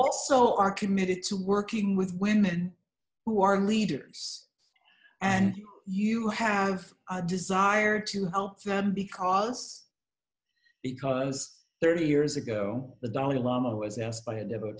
also are committed to working with women who are leaders and you have a desire to help them because because thirty years ago the dalai lama was asked by a de